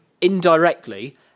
indirectly